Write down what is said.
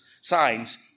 signs